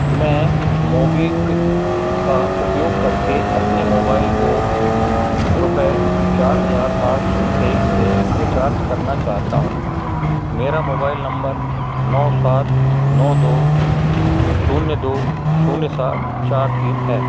मैं मोबिक्विक का उपयोग करके अपने मोबाइल को रुपये चार हज़ार आठ सौ तेईस से रिचार्ज करना चाहता हूँ मेरा मोबाइल नंबर नौ सात नौ दो शून्य दो शून्य सात चार तीन है